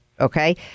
okay